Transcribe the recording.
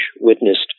witnessed